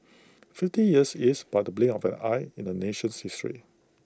fifty years is but the blink of an eye in A nation's history